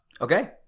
Okay